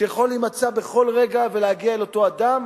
שיכול להימצא בכל רגע ולהגיע לאותו אדם?